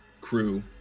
crew